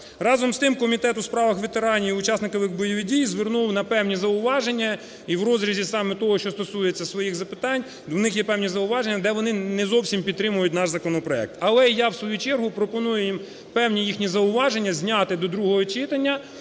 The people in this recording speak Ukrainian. Разом з тим, Комітет у справах ветеранів і учасників бойових дій звернув на певні зауваження і в розрізі саме того, що стосується своїх запитань, у них є певні зауваження, де вони не зовсім підтримують наш законопроект. Але я в свою чергу пропоную їм певні їхні зауваження зняти до другого читання,